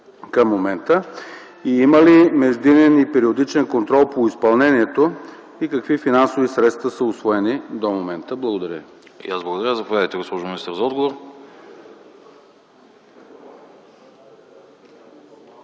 към момента, има ли междинен и периодичен контрол по изпълнението и какви финансови средства са усвоени до момента? Благодаря.